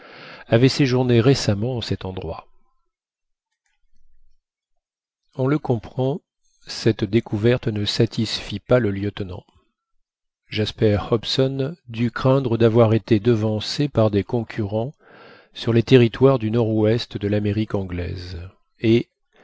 avait séjourné récemment en cet endroit on le comprend cette découverte ne satisfit pas le lieutenant jasper hobson dut craindre d'avoir été devancé par des concurrents sur les territoires du nord-ouest de l'amérique anglaise et